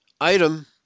item